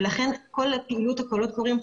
ולכן כל פעילות הקולות הקוראים,